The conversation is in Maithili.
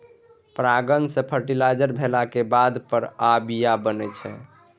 परागण सँ फर्टिलाइज भेलाक बाद फर आ बीया बनै छै